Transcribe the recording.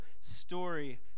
story